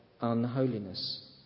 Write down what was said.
unholiness